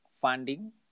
funding